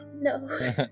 No